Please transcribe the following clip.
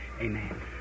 Amen